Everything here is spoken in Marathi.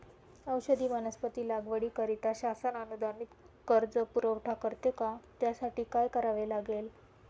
औषधी वनस्पती लागवडीकरिता शासन अनुदानित कर्ज पुरवठा करते का? त्यासाठी काय करावे लागेल?